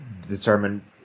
determine